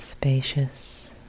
spacious